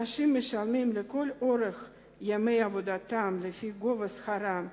אנשים משלמים כל חייהם לפי גובה שכרם,